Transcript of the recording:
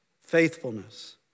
faithfulness